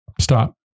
stop